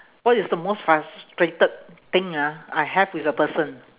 what is the most frustrated thing ah I have with a person